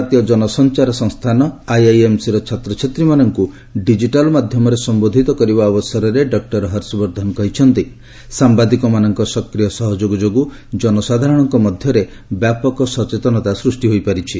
ଭାରତୀୟ ଜନସଞ୍ଚାର ସଂସ୍ଥାନ ଆଇଆଇଏମ୍ସିର ଛାତ୍ରଛାତ୍ରୀମାନଙ୍କ ଡିଜିଟାଲ୍ ମାଧ୍ୟମରେ ସମ୍ବୋଧୃତ କରିବା ଅବସରରେ ଡକୁର ହର୍ଷବର୍ଦ୍ଧନ କହିଛନ୍ତି ସାୟାଦିକମାନଙ୍କ ସକ୍ରିୟ ସହଯୋଗ ଯୋଗୁଁ ଜନସାଧାରଣଙ୍କ ମଧ୍ୟରେ ବ୍ୟାପକ ସଚେତନତା ସୃଷ୍ଟି ହୋଇପାରିଛି